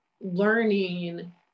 learning